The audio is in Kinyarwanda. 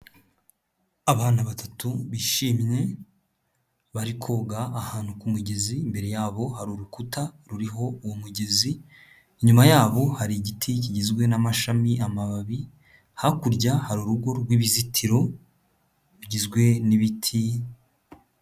Abana batatu bishimye, bari koga ahantu ku mugezi, imbere yabo hari urukuta ruriho uwo mugezi, inyuma yabo hari igiti kigizwe n'amashami, amababi, hakurya hari urugo rw'ibizitiro rugizwe n'ibiti.